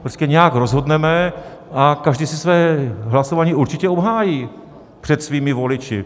Prostě nějak rozhodneme a každý si své hlasování určitě obhájí před voliči.